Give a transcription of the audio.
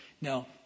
Now